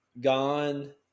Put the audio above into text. gone